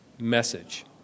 message